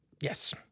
Yes